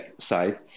side